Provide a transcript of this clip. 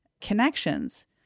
connections